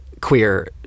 queer